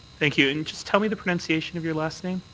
thank you. enjust tell me the pronunciation of your last name?